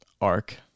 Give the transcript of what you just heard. arc